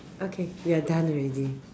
okay we're done already